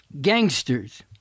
Gangsters